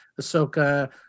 Ahsoka